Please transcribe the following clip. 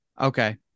Okay